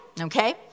okay